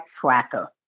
tracker